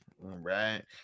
right